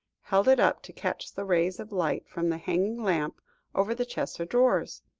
held it up to catch the rays of light from the hanging lamp over the chest of drawers.